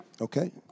Okay